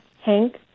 Hank